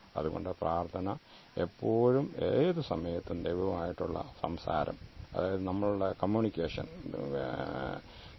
അതു കൊണ്ട് പ്രാർത്ഥന എപ്പോഴും ഏതു സമയത്തും ദൈവവുമായിട്ടുള്ള സംസാരം അതായത് നമ്മളുടെ കമ്മ്യൂണിക്കേഷൻ